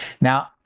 Now